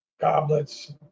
goblets